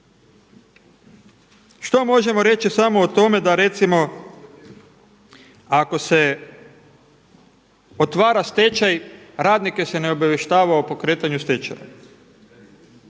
Što možemo reći samo o tome da recimo ako se otvara stečaj, radnike se ne obavještava o pokretanju stečaja.